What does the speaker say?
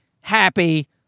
happy